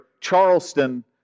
Charleston